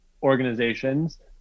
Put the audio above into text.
organizations